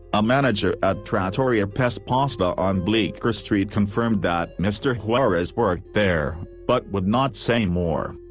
a manager at trattoria pesce pasta on bleecker street confirmed that mr. juarez worked there, but would not say more.